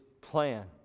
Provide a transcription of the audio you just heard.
plan